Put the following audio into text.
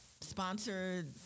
sponsored